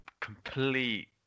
complete